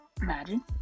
Imagine